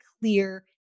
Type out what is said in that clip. clear